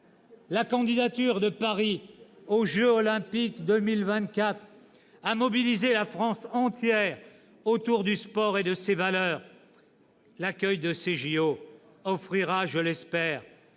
La candidature de Paris aux jeux Olympiques de 2024 a mobilisé la France entière autour du sport et de ses valeurs. L'accueil de ces jeux offrira, je l'espère,